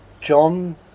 John